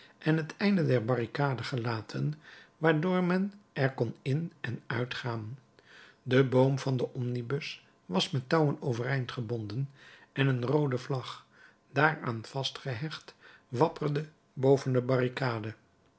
en het einde der barricade gelaten waardoor men er kon in en uitgaan de boom van den omnibus was met touwen overeind gebonden en een roode vlag daaraan vastgehecht wapperde boven de barricade